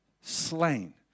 slain